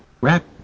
wrap